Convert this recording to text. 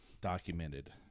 Documented